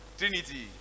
trinity